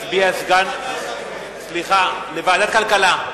הצביע סגן, סליחה, לוועדת הכלכלה.